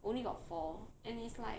only got four and it's like